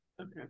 Okay